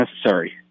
necessary